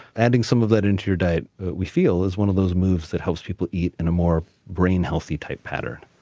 adding some of that into your diet, we feel, is one of those moves that helps people eat in a more brain healthy type pattern